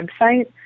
website